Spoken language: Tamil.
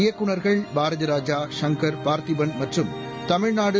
இயக்குநர்கள் பாரதிராஜா ஷங்கர் பார்த்தீபன் மற்றும் தமிழ்நாடு